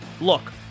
Look